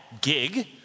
gig